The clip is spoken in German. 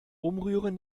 umrühren